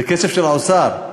זה כסף של האוצר.